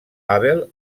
hubble